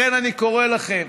לכן אני קורא לכם,